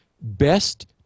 best